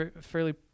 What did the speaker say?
fairly